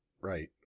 Right